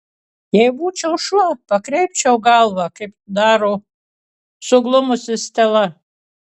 jei būčiau šuo pakreipčiau galvą kaip daro suglumusi stela